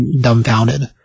dumbfounded